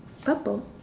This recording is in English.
purple